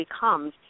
becomes